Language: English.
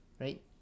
right